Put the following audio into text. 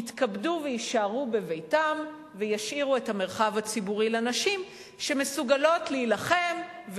יתכבדו ויישארו בביתם וישאירו את המרחב הציבורי לנשים שמסוגלות להילחם,